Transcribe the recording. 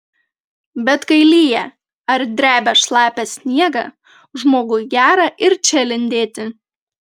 bet kai lyja ar drebia šlapią sniegą žmogui gera ir čia lindėti